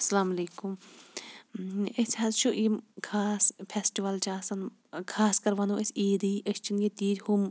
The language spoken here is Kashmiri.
اسَلام علیکُم أسۍ حٕظ چھِ یِم خاص پھیٚسٹِول چھِ آسان خاص کَر وَنو أسۍ عیٖدٕے أسۍ چھِنہٕ ییٚتہِ تیٖتھۍ ہُم